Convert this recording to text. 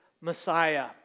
Messiah